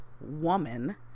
woman